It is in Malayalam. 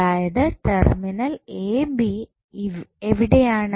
അതായത് ടെർമിനൽ എ ബി എവിടെയാണ്